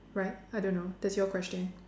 right I don't know that's your question